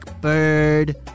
bird